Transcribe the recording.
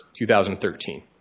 2013